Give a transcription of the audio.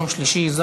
יום שלישי,